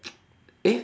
eh